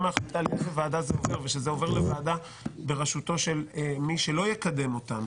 ההחלטה לאיזו ועדה שזה עובר ושזה עובר בראשותו של מי שלא יקדם אותם,